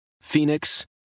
Phoenix